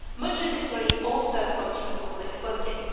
much of this money also comes from public funding.